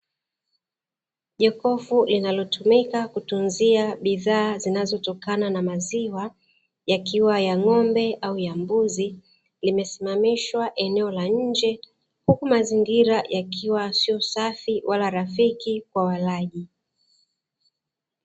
Jokofu linalotumika kutunzia bidhaa zinazotokana na maziwa yakiwa ya ng’ombe au ya mbuzi, limesimamishwa eneo la nje huku mazingira yakiwa sio safi wala rafiki kwa walaji.